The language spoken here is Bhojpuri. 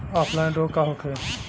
ऑफलाइन रोग का होखे?